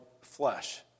flesh